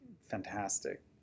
fantastic